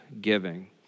giving